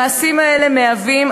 המעשים האלה מהווים,